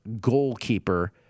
goalkeeper